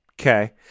Okay